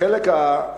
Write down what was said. התשובה היא,